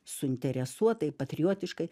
suinteresuotai patriotiškai